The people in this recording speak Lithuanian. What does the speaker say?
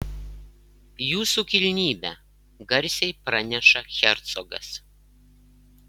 jūsų kilnybe garsiai praneša hercogas